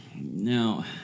Now